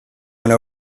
went